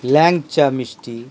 ল্যাংচা মিষ্টি